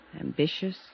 ambitious